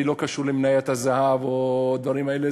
אני לא קשור למניית הזהב או הדברים האלה,